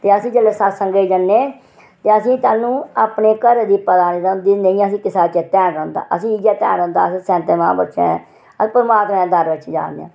ते असें जेल्लै सत्संगा गी जन्ने ते असेंगी तैलूं अपने घरा दी पता नी रौंह्दा ते नेईं असेंगी किसा दा ध्यान रौंह्दा असेंगी इयै ध्यान रौंह्दा असें सैंतें महापुरूषें दे अस परमात्मा दे दर बिच जा ने आं